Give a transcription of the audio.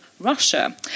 russia